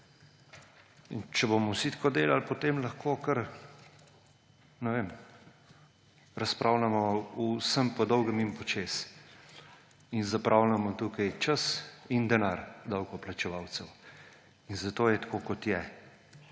Če bomo vsi tako delali, potem lahko kar, ne vem, razpravljamo o vsem po dolgem in počez in zapravljamo tukaj čas in denar davkoplačevalcev. Zato je tako, kot je,